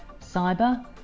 cyber